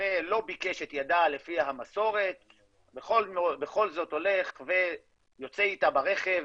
ולא ביקש את ידה לפי המסורת בכל זאת הולך ויוצא איתה ברכב